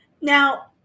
Now